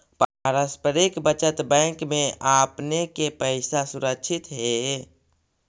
पारस्परिक बचत बैंक में आपने के पैसा सुरक्षित हेअ